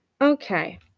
Okay